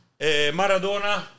Maradona